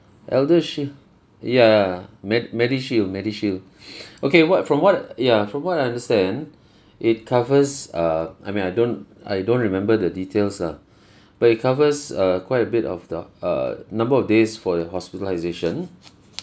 eldershield ya med~ medishield medishield okay what from what ya from what I understand it covers err I mean I don't I don't remember the details lah but it covers err quite a bit of the err number of days for your hospitalisation